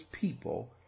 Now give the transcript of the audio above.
people